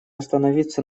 остановиться